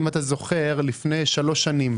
אם אתה זוכר, לפני שלוש שנים